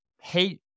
hate